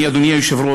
אני, אדוני היושב-ראש,